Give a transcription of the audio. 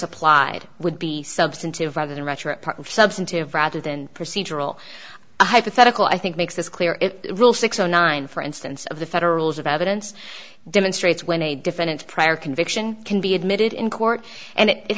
applied would be substantive rather than rhetoric part of substantive rather than procedural hypothetical i think makes this clear it's rule six zero nine for instance of the federals of evidence demonstrates when a defendant prior conviction can be admitted in court and it